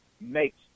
makes